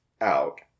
out